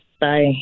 Bye